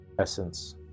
essence